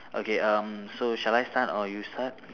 okay um so shall I start or you start